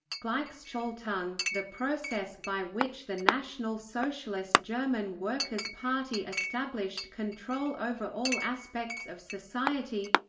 gleichschaltung, the process by which the national socialist german workers' party established control over all aspects of society